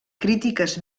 crítiques